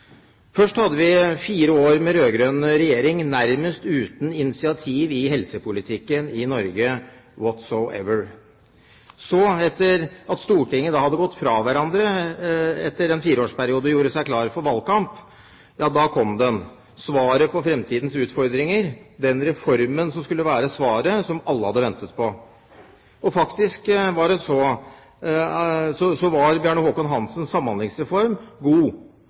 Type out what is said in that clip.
Først hadde vi fire år med en rød-grønn regjering nærmest uten initiativ innen helsepolitikken i Norge whatsoever. Så, etter at Stortinget hadde gått fra hverandre etter en fireårsperiode, og man gjorde seg klar for valgkamp, ja da kom den, svaret på fremtidens utfordringer, den reformen som skulle være svaret som alle hadde ventet på. Og faktisk var Bjarne Håkon Hanssens samhandlingsreform god,